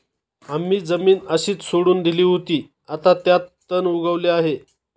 आम्ही जमीन अशीच सोडून दिली होती, आता त्यात तण उगवले आहे